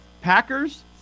Packers